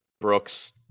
Brooks